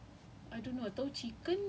but like what does his dish contain